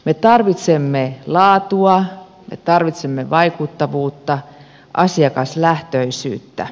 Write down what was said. me tarvitsemme laatua me tarvitsemme vaikuttavuutta asiakaslähtöisyyttä